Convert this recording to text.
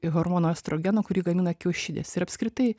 hormono estrogeno kurį gamina kiaušidės ir apskritai